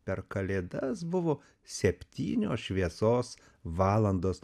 per kalėdas buvo septynios šviesos valandos